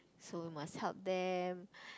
so must help them